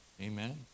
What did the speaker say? Amen